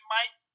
Mike